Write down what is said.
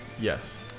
Yes